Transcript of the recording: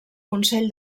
consell